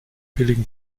billigen